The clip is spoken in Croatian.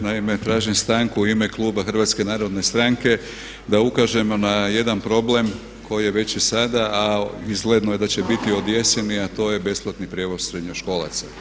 Naime, tražim stanku u ime kluba HNS-a da ukažemo na jedan problem koji je već i sada, a izgledno je da će biti od jeseni a to je besplatni prijevoz srednjoškolaca.